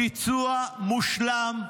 ביצוע מושלם.